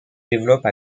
développe